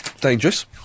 dangerous